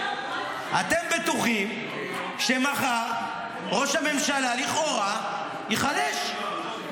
אתם בטוחים שמחר ראש הממשלה, לכאורה ייחלש.